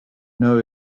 know